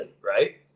right